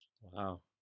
Wow